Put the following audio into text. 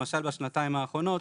למשל בשנתיים האחרונות,